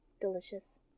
Delicious